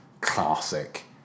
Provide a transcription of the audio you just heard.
classic